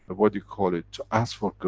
what you call it, to ask for.